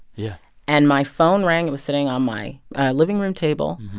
yeah and my phone rang. it was sitting on my living room table.